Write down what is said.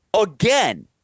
again